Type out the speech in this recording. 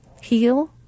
heal